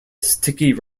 sticky